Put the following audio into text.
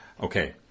Okay